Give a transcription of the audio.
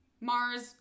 Mars